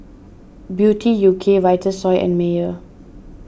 Beauty U K Vitasoy and Mayer